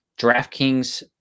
DraftKings